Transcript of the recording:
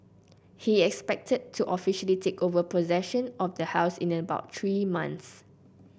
he is expected to officially take over possession of the house in about three months